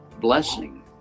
blessing